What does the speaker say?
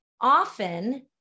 often